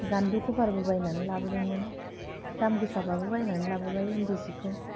गानदु खबारबो बायनानै लाबोदोंमोन दाम गोसाबाबो बायनानै लाबोबाय इन्दि जिखौ